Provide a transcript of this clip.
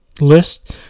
list